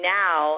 now